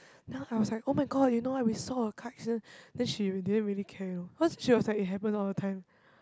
then I was like was like [oh]-my-god you know what we saw a car accident then she didn't really care orh cause she was like it happens all the time